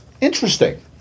interesting